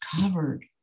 covered